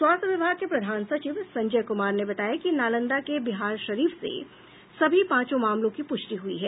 स्वास्थ्य विभाग के प्रधान सचिव संजय कुमार ने बताया है कि नालंदा के बिहारशरीफ से सभी पांचों मामलों की पुष्टि हुई है